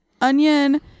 onion